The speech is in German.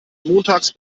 montags